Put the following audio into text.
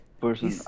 person